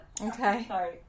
Okay